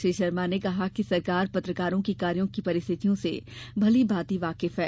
श्री शर्मा ने कहा कि सरकार पत्रकारों के कार्यो की परिस्थितियों से भलीभांति वाकिफ है